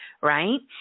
right